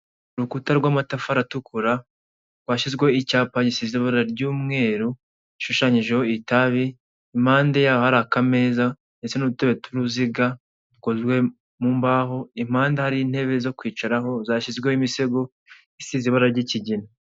Urukuta rw'amatafari atukura rwashyizweho icyapa gisize ry'umweru rishushanyijeho itabi impande, yaho hari ari akameza ndetse n'utube tw'uruziga dukozwe mu mbaho, impande hari intebe zo kwicaraho zashyizweho imisego isize ibara ry'ikigina.